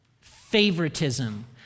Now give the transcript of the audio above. Favoritism